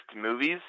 movies